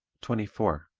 twenty four.